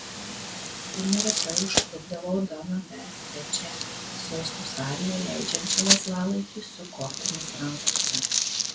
ir neretai užklupdavau doną beatričę sosto salėje leidžiančią laisvalaikį su kortomis rankose